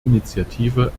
initiative